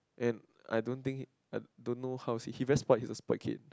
and I don't think I don't know how's he he very spoilt he's a spoilt kid